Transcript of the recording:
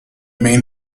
main